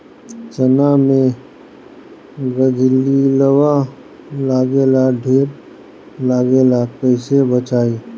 चना मै गधयीलवा लागे ला ढेर लागेला कईसे बचाई?